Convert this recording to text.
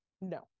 No